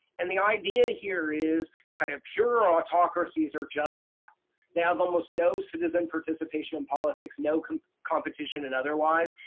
and the idea here is kind of pure autocracies are just that they have almost no citizen participation in politics, no competition and otherwise.